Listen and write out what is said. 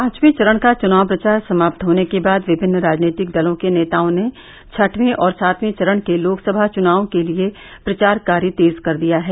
पांचवें चरण का चुनाव प्रचार समाप्त होने के बाद विभिन्न राजनीतिक दलों के नेताओं ने छठें और सातवें चरण के लोकसभा चुनाव के लिये प्रचार कार्य तेज कर दिया है